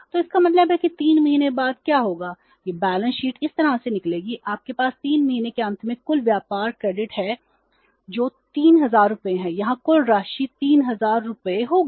तो इसका मतलब है कि 3 महीने बाद क्या होगा यह बैलेंस शीट इस तरह से निकलेगी आपके पास 3 महीने के अंत में कुल व्यापार क्रेडिट है जो 3000 रुपये है यहां कुल राशि 3000 रुपये होगी